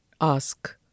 ask